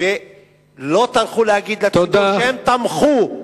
ולא טרחו להגיד לציבור שהם תמכו.